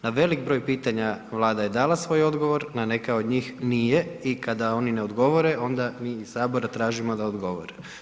Na velik broj pitanja Vlada je dala svoj odgovor, na neka od njih nije i kada oni ne odgovore, onda mi iz Sabora tražimo da odgovore.